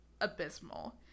abysmal